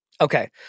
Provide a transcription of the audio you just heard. Okay